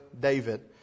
David